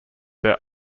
their